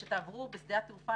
כשתעברו בשדה התעופה,